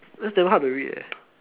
that's damn hard to read eh